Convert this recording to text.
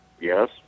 yes